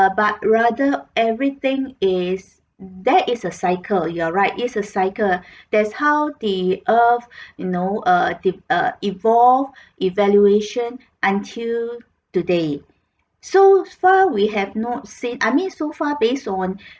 but rather everything is there is a cycle you're right is a cycle there's how the earth you know err the err evolve evaluation until today so far we have not seen I mean so far based on